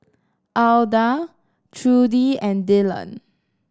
Alda Trudi and Dillan